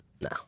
No